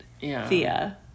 Thea